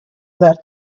that